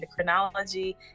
endocrinology